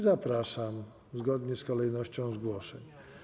Zapraszam zgodnie z kolejnością zgłoszeń.